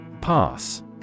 Pass